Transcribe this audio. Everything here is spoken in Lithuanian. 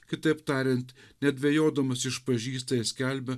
kitaip tariant nedvejodamas išpažįsta ir skelbia